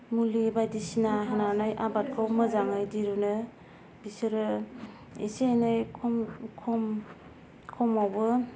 मुलि बायदिसिना होनानै आबादखौ मोजाङै दिरुनो बिसोरो एसे एनै खम खम खमावबो